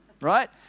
right